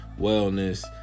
wellness